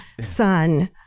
son